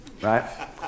Right